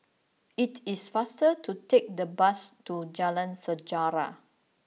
it is faster to take the bus to Jalan Sejarah